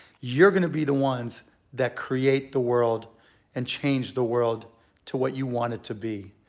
you're gonna be the ones that create the world and change the world to what you want it to be.